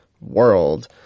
world